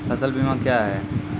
फसल बीमा क्या हैं?